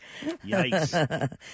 Yikes